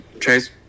Chase